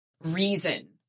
reason